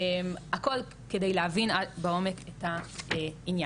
הכל כדי להבין עד לעומק את העניין.